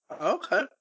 Okay